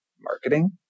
marketing